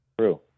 true